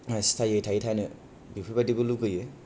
सिथायै थाहै थायनो बेफोर बायदिबो लुबैयो